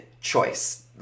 choice